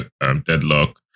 deadlock